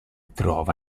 trova